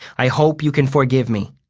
i hope u can four give me